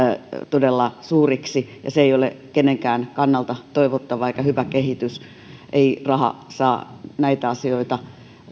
todella suuriksi ja se ei ole kenenkään kannalta toivottava eikä hyvä kehitys ei raha saa näitä asioita